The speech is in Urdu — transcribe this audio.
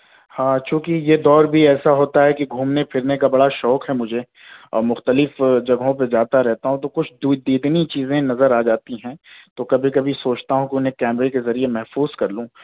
ہاں چونکہ یہ دور بھی ایسا ہوتا ہے کہ گھومنے پھرنے کا بہت شوق ہے مجھے اور مختلف جگہوں پر جاتا رہتا ہوں تو کچھ دیدنی چیزیں نظر آ جاتی ہیں تو کبھی کبھی سوچتا ہوں کہ انہیں کیمرے کے ذریعے محفوظ کر لوں